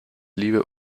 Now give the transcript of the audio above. liebe